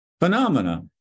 phenomena